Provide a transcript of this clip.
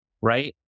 right